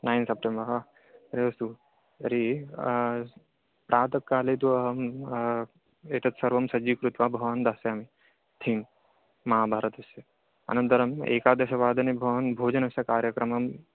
nine September हा अस्तु तर्हि प्रातःकाले तु अहं एतत् सर्वं सज्जीकृत्वा भवान् दास्यामि थीम् महाभारतस्य अनन्तरं एकादशवादने भवान् भोजनस्य कार्यक्रमं